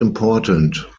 important